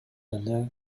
эле